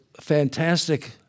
fantastic